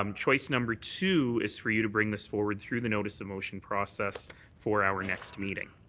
um choice number two is for you to bring this forward through the notice of motion process for our next meeting.